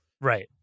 right